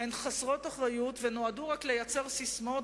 הן חסרות אחריות ונועדו רק לייצר ססמאות